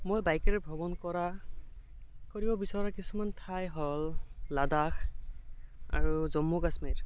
মই বাইকেৰে ভ্ৰমণ কৰা কৰিব বিচৰা কিছুমান ঠাই হ'ল লাডাখ আৰু জম্মু কাশ্মীৰ